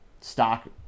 stock